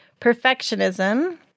Perfectionism